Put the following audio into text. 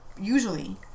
usually